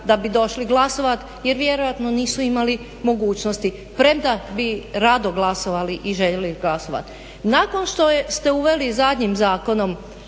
da bi došli glasovat jer vjerojatno nisu imali mogućnosti premda bi rado glasovali i željeli glasovat. Nakon što ste uveli zadnjim zakonom